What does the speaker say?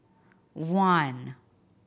one